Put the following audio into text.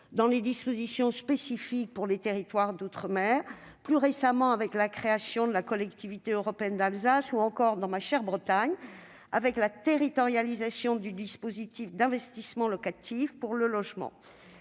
avec les dispositions spécifiques aux territoires d'outre-mer et, plus récemment, avec la création de la collectivité européenne d'Alsace, ou encore, dans ma chère Bretagne, avec la territorialisation du dispositif d'investissement locatif pour le logement.